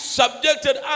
subjected